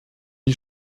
die